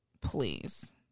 Please